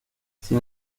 sin